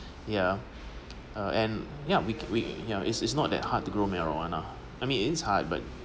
yeah and yeah we we yeah it's it's not that hard to grow marijuana I mean it's hard but